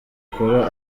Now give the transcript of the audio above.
akora